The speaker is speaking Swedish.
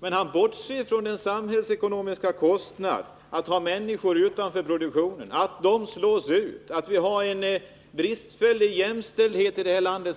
men han bortser från den samhällsekonomiska kostnaden för att människor står utanför produktionen, för att de slås ut, för att vi har en mer än bristfällig jämställdhet i detta land.